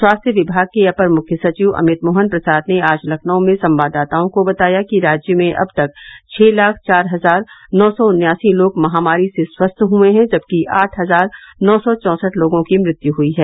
स्वास्थ्य विभाग के अपर मुख्य सचिव अमित मोहन प्रसाद ने आज लखनऊ में संवाददाताओं को बताया कि राज्य में अब तक छः लाख चार हजार नौ सौ उन्यासी लोग महामारी से स्वस्थ हुए हैं जबकि आठ हजार नौ सौ चौसठ लोगों की मृत्यु हुई है